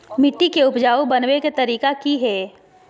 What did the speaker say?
मिट्टी के उपजाऊ बनबे के तरिका की हेय?